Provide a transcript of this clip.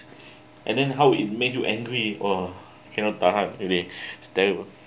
and then how it made you angry !wah! cannot tahan already